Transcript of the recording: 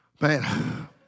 Man